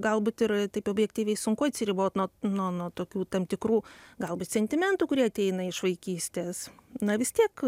galbūt ir taip objektyviai sunku atsiribot nuo nuo nuo tokių tam tikrų galbūt sentimentų kurie ateina iš vaikystės na vis tiek